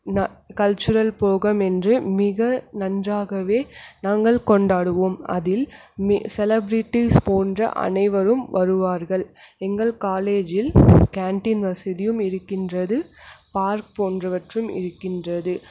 cultural program என்று மிக நன்றாகவே நாங்கள் கொண்டாடுவோம் அதில் செலபிரிட்டிஸ் போன்ற அனைவரும் வருவார்கள் எங்கள் காலேஜில் கேன்டீன் வசதியும் இருக்கின்றது பார்க் போன்றவற்றும் இருக்கின்றது